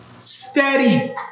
steady